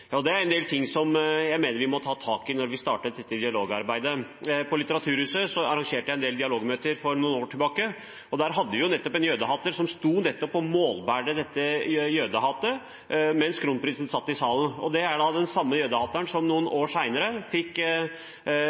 Det er en del ting som jeg mener vi må ta tak i når vi starter dette dialogarbeidet. På Litteraturhuset arrangerte jeg en del dialogmøter for noen år siden, og der hadde vi nettopp en jødehater som sto og målbar dette jødehatet mens kronprinsen satt i salen. Det er den samme jødehateren som noen år senere fikk